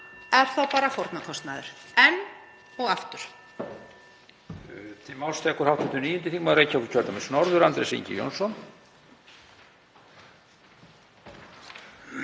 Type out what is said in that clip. eru þá bara fórnarkostnaður, enn og aftur.